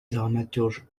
dramaturge